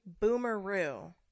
Boomeroo